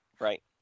Right